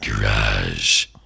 Garage